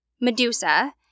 Medusa